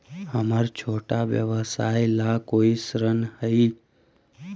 हमर छोटा व्यवसाय ला कोई ऋण हई?